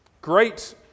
great